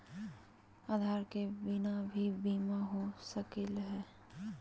आधार के बिना भी बीमा हो सकले है?